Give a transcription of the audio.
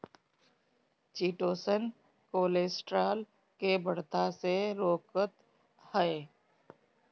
chitosan cholesterol के बढ़ला से रोकत हअ